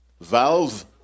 valve